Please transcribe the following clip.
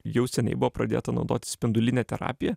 jau seniai buvo pradėta naudoti spindulinė terapija